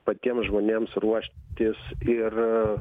patiems žmonėms ruoštis ir